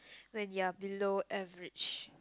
when you are below average